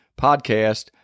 podcast